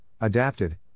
adapted